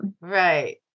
right